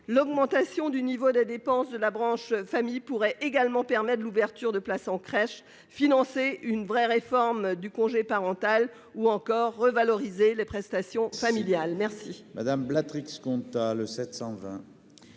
L'augmentation du niveau des dépenses de la branche famille pourrait également permettre l'ouverture de places en crèche, le financement d'une vraie réforme du congé parental ou encore la revalorisation des prestations familiales. La parole est